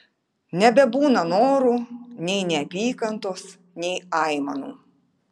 nebebūna norų nei neapykantos nei aimanų